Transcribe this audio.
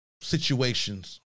situations